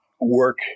work